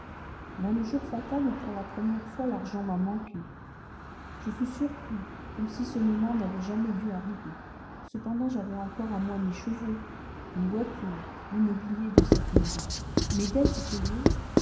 vint le jour fatal où pour la première fois l'argent m'a manqué je fus surpris comme si ce moment n'avait jamais dû arriver cependant j'avais encore à moi mes chevaux mes voitures le mobilier de cette maison mes dettes payées